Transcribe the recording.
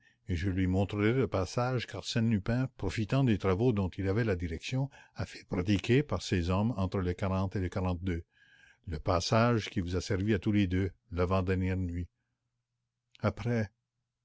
et je lui montrerai le passage qu'arsène lupin profitant des travaux dont il avait la direction a fait pratiquer par ses hommes entre le et le le passage qui vous a servi à tous les deux l'avant-dernière nuit